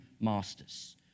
masters